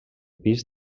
pis